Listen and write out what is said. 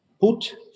put